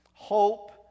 hope